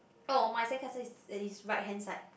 oh my sandcastle is at his right hand side